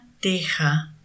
Teja